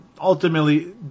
ultimately